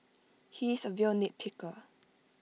he is A real nitpicker